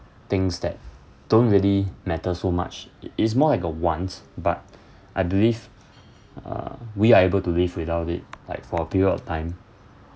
things that don't really matter so much i~ is more like a want but I believe uh we are able to live without it like for a period of time